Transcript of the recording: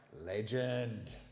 legend